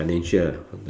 financial